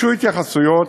הוגשו התייחסויות,